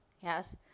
yes